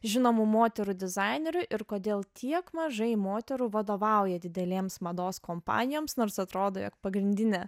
žinomų moterų dizainerių ir kodėl tiek mažai moterų vadovauja didelėms mados kompanijoms nors atrodo jog pagrindinė